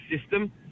system